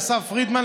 לאסף פרידמן,